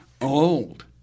Old